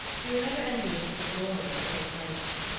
we were never envious of the glory of the great lakes.